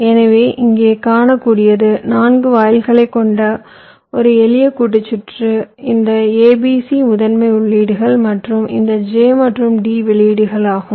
எனவே இங்கே காணக் கூடியது 4 வாயில்களைக் கொண்ட ஒரு எளிய கூட்டு சுற்று இந்த A B C முதன்மை உள்ளீடுகள் மற்றும் இந்த J மற்றும் D வெளியீடுகள் ஆகும்